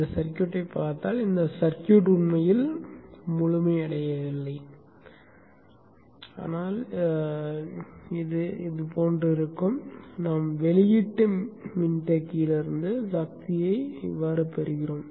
இந்த சர்க்யூட்டைப் பார்த்தால் இந்த சர்க்யூட் உண்மையில் முழுமையடையவில்லை ஆனால் கருத்து இது போன்றது நாம் வெளியீட்டு மின்தேக்கியிலிருந்து சக்தியைப் பெறுகிறோம்